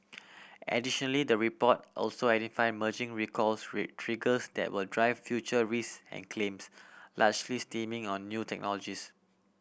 additionally the report also identified merging recalls which triggers that will drive future risk and claims largely stemming on new technologies